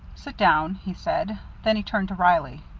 sit down, he said. then he turned to reilly.